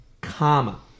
Comma